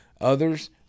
Others